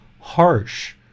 harsh